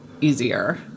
easier